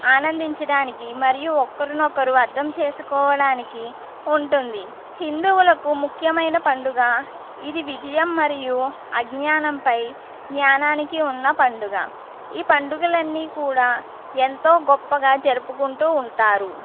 ఆనందించడానికి మరియు ఒకరినొకరు అర్థం చేసుకోవడానికి ఉంటుంది హిందువులకు ముఖ్యమైన పండుగ ఇది విజయం మరియు అజ్ఞానంపై జ్ఞానానికి ఉన్న పండుగ ఈ పండుగలన్నీ కూడా ఎంతో గొప్పగా జరుపుకుంటూ ఉంటారు